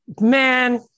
Man